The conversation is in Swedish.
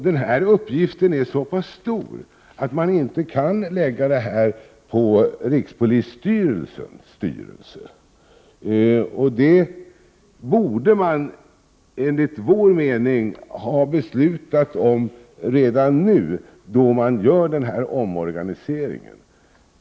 Den uppgiften är så stor att man inte kan lägga den på rikspolisstyrelsens styrelse. Regeringen borde enligt vår mening ha fattat beslut om detta redan nu i samband med omorganiseringen.